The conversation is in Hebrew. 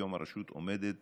היום הרשות עומדת